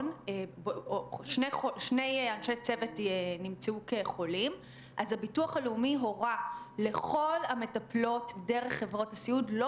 אין הבדל בין בית חולים שערי צדק לבית אבות "נווה